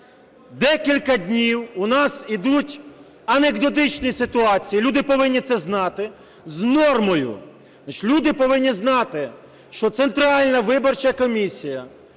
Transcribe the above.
декілька днів у нас ідуть анекдотичні ситуації, люди повинні це знати. З нормою, значить люди повинні знати, що Центральна виборча комісія